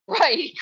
right